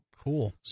Cool